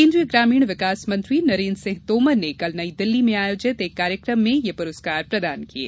केन्द्रीय ग्रामीण विकास मंत्री नरेन्द्र सिंह तोमर ने कल नई दिल्ली में आयोजित एक कार्यक्रम में ये पुरस्कार प्रदान किये